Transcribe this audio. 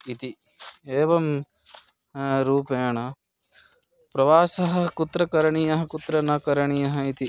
इति एवं रूपेण प्रवासः कुत्र करणीयः कुत्र न करणीयः इति